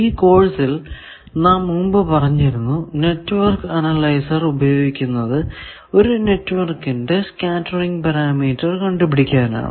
ഈ കോഴ്സിൽ നാം മുമ്പ് പറഞ്ഞിരുന്നു നെറ്റ്വർക്ക് അനലൈസർ ഉപയോഗിക്കുന്നത് ഒരു നെറ്റ്വർക്കിന്റെ സ്കേറ്ററിങ് പാരാമീറ്റർ കണ്ടുപിടിക്കാനാണ്